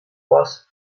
was